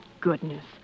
goodness